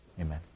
Amen